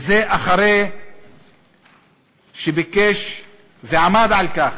אחרי שביקש ועמד על כך